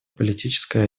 политической